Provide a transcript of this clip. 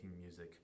music